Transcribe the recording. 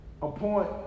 appoint